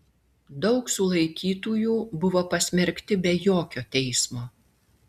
daug sulaikytųjų buvo pasmerkti be jokio teismo